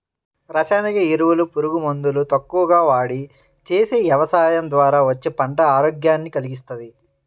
రసాయనిక ఎరువులు, పురుగు మందులు తక్కువగా వాడి చేసే యవసాయం ద్వారా వచ్చే పంట ఆరోగ్యాన్ని కల్గిస్తది